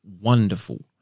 wonderful